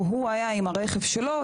והוא היה עם הרכב שלו,